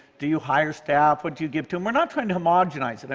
do you hire staff, what do you give to them? we're not trying to homogenize it. i